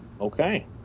Okay